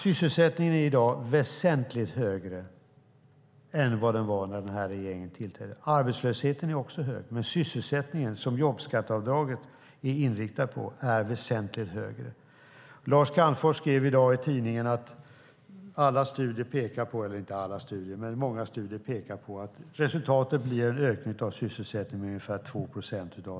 Sysselsättningen är i dag väsentligt högre än vad den var när den här regeringen tillträdde. Arbetslösheten är också hög, men sysselsättningen, som jobbskatteavdraget är inriktad på, är väsentligt högre nu. Lars Calmfors skriver i dag i tidningen att många studier pekar på att resultatet av den här typen av åtgärder blir en ökning av sysselsättningen med ungefär 2 procent.